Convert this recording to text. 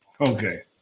Okay